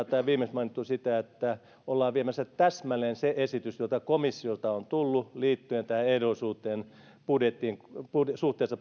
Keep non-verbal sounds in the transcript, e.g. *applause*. *unintelligible* tämä viimeksi mainittu tarkoittaa sitä että ollaan viemässä eteenpäin täsmälleen se esitys joka komissiolta on tullut liittyen tähän ehdollisuuteen suhteessa